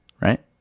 Right